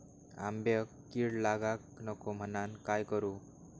आंब्यक कीड लागाक नको म्हनान काय करू?